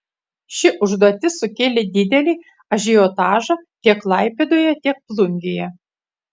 ši užduotis sukėlė didelį ažiotažą tiek klaipėdoje tiek plungėje